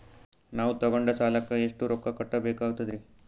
ನಾವು ತೊಗೊಂಡ ಸಾಲಕ್ಕ ಎಷ್ಟು ರೊಕ್ಕ ಕಟ್ಟಬೇಕಾಗ್ತದ್ರೀ?